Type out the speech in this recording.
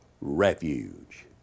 refuge